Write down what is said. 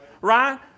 Right